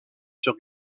sur